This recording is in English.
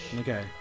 okay